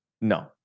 No